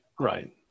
right